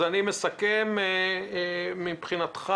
אז אני מסכם שמבחינתך,